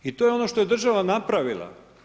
I to je ono što je država napravila.